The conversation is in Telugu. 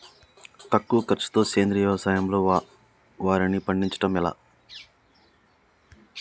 తక్కువ ఖర్చుతో సేంద్రీయ వ్యవసాయంలో వారిని పండించడం ఎలా?